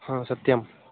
हा सत्यं